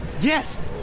Yes